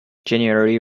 january